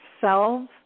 selves